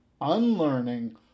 unlearning